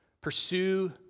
Pursue